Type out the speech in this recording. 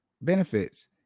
benefits